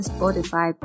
Spotify